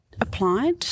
applied